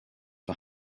for